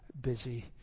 busy